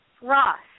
Ross